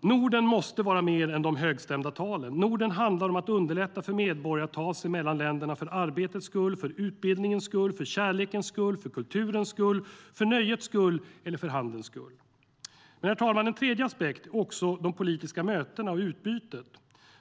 Norden måste vara mer än de högstämda talen. Norden handlar om att underlätta för medborgare att ta sig mellan länderna för arbetets skull, för utbildningens skull, för kärlekens skull, för kulturens skull, för nöjets skull eller för handelns skull. Herr talman! En tredje aspekt är de politiska mötena och utbytet.